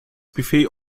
buffet